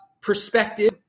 perspective